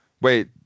Wait